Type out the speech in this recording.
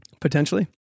potentially